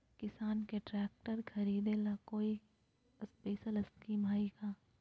किसान के ट्रैक्टर खरीदे ला कोई स्पेशल स्कीमो हइ का?